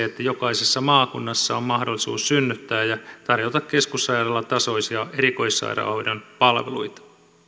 jokaisessa maakunnassa on mahdollisuus synnyttää ja tarjota keskussairaalatasoisia erikoissairaanhoidon palveluita